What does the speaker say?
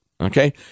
Okay